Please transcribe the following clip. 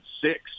six